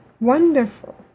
wonderful